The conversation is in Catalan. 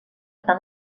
tant